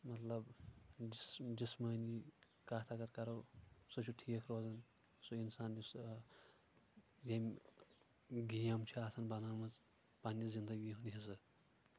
مطلب جسمٲنی کتھ اگر کرو سُہ چھِ ٹھیٖک روزان سُہ انسان یُس ییٚمۍ گیم چھِ آسان بنٲمٕژ پننہِ زندگی ہُنٛد حصہٕ